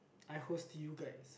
I host you guys